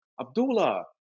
Abdullah